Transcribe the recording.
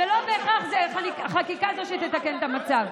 לא בהכרח החקיקה היא שתתקן את המצב.